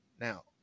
Now